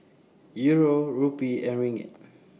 Euro Rupee and Ringgit